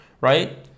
Right